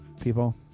people